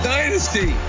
Dynasty